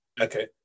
Okay